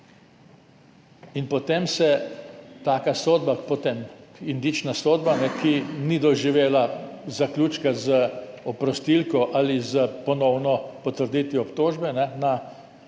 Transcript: In potem taka sodba, indična sodba, ki ni doživela zaključka z oprostilko ali s ponovno potrditvijo obtožbe na